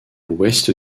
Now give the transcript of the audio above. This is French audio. l’ouest